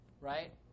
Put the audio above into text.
right